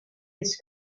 its